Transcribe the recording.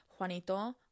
juanito